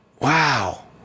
Wow